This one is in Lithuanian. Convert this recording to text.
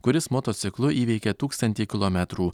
kuris motociklu įveikė tūkstantį kilometrų